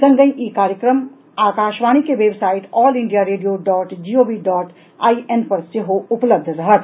संगहि ई कार्यक्रम आकाशवाणी के website all India radio dot G O V dot I N पर सेहो उपलब्ध रहत